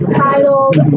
titled